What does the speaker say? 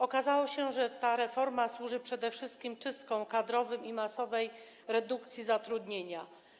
Okazało się, że ta reforma służy przede wszystkim czystkom kadrowym i masowej redukcji zatrudnienia.